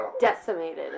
decimated